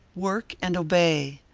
work and obey,